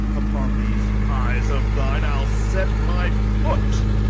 upon these eyes of thine i'll set my foot.